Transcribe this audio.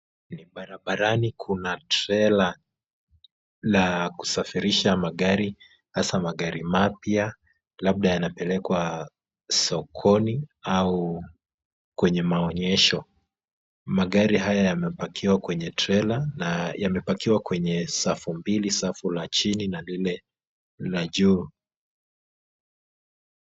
Ni barabarani kuna trela la kusafirisha magari hasa magari mapya labda ya na pelekwa sokoni au kwenye maonyesho, magari haya yamepakiwa kwenye trela na yamepakiwa kwenye safu mbili, safu la chini na lile la juu.